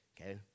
okay